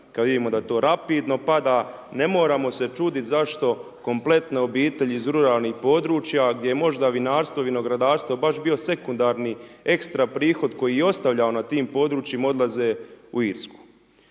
kad vidimo da to rapidno pada, ne moramo se čuditi zašto kompletne obitelji iz ruralnih područja gdje možda vinarstvo, vinogradarstvo je baš bio sekundarni ekstra prihod koji je ostavljao na tim područjima, odlaze u Irsku.